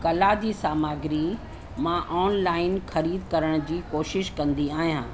कला जी सामग्री मां ऑनलाइन ख़रीद करण जी कोशिश कंदी आहियां